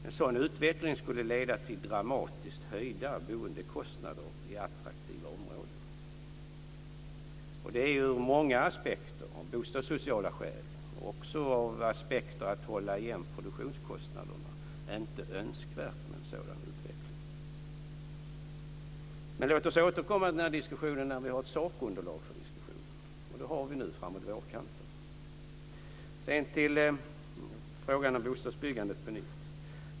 En sådan utveckling skulle leda till dramatiskt höjda boendekostnader i attraktiva områden. Det är ur många aspekter - av bostadssociala skäl och också ur aspekten att hålla igen produktionskostnaderna - inte önskvärt med en sådan utveckling. Men låt oss återkomma till den här diskussionen när vi har ett sakunderlag för den, och det har vi framåt vårkanten. Jag går sedan på nytt till frågan om bostadsbyggandet.